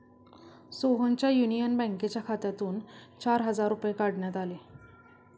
सोहनच्या युनियन बँकेच्या खात्यातून चार हजार रुपये काढण्यात आले